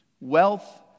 Wealth